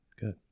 good